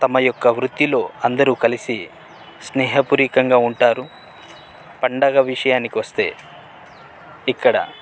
తమ యొక్క వృత్తిలో అందరూ కలిసి స్నేహపూరికంగా ఉంటారు పండగ విషయానికొస్తే ఇక్కడ